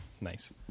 Nice